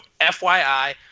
fyi